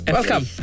Welcome